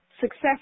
success